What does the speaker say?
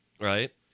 Right